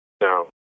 No